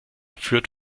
führt